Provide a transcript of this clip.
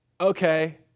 okay